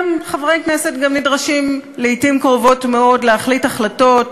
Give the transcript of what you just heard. חברי כנסת גם נדרשים לעתים קרובות מאוד להחליט החלטות